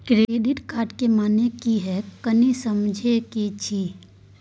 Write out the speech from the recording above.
Credit card के माने की हैं, कनी समझे कि छि?